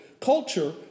culture